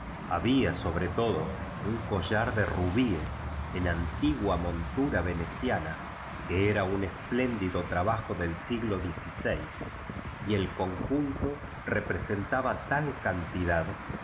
había sobre todo tm collar de rubíes en antigua montura veneciana que era un es pléndido trabajo del siglo xvi y el conjunto representaba tal cantidad